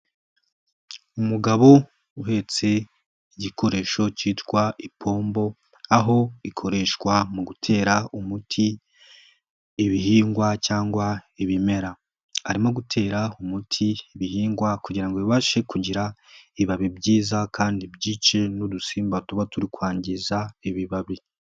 Umugabo uhetse igikoresho cyitwa ipombo, aho ikoreshwa mu gutera umuti ibihingwa cyangwa ibimera. Arimo gutera umuti ibihingwa kugira ngo bibashe kugira ibibabi byiza kandi byice n'udusimba tuba turi kwangiza ibibabi.